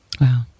Wow